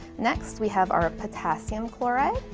next we have our potassium chloride